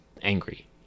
angry